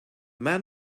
man